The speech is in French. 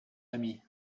ami